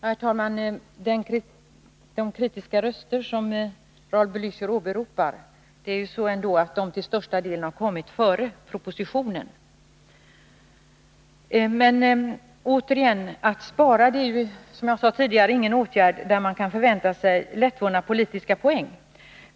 Herr talman! De kritiska röster som Raul Blächer åberopar har till största delen hörts innan propositionen kom. Att spara är, som jag sade tidigare, ingen åtgärd som kan förväntas medföra lättvunna politiska poäng.